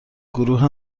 گروه